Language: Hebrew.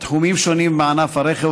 תחומים שונים בענף הרכב,